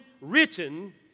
written